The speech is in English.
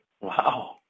Wow